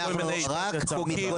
אנחנו רק מחוקקים כתגובה לעתירות,